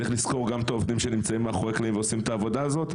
צריך לזכור גם את העובדים שנמצאים מאחורי הקלעים ועושים את העבודה הזאת,